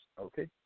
okay